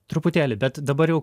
truputėlį bet dabar jau